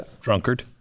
Drunkard